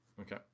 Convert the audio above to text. Okay